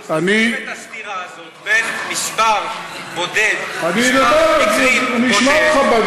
קיימת הסתירה הזאת בין מקרים אחדים לבין אלפי בעלי חיים,